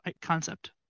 concept